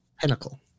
Pinnacle